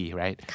right